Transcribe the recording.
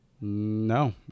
No